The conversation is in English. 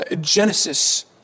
Genesis